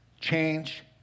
Change